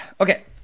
okay